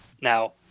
Now